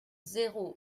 zéro